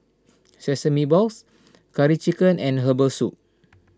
Sesame Balls Curry Chicken and Herbal Soup